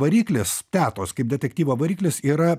variklis tetos kaip detektyvo variklis yra